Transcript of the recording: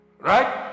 Right